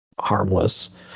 harmless